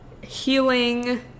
healing